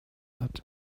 hat